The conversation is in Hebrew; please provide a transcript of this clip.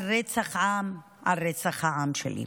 על רצח עם, על רצח העם שלי.